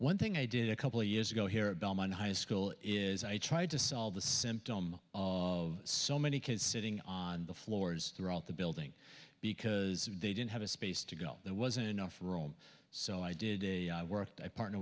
one thing i did a couple of years ago here at belmont high school is i tried to solve the symptom so many kids sitting on the floors throughout the building because they didn't have a space to go there wasn't enough room so i did worked a partner